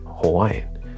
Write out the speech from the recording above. Hawaiian